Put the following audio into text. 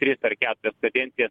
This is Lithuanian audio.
tris ar keturias kadencijas